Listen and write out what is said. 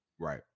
right